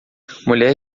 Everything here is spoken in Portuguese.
mulher